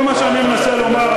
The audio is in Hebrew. כל מה שאני מנסה לומר,